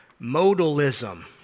modalism